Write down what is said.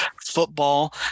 football